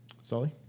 Sully